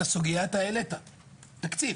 את הסוגיה אתה העלית, תקציב.